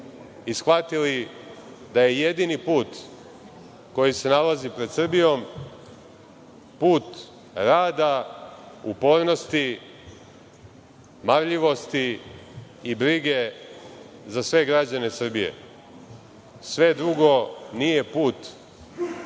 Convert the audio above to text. i shvatili smo da je jedini put koji se nalazi pred Srbijom put rada, upornosti, marljivosti i brige za sve građane Srbije. Sve drugo nije put